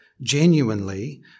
genuinely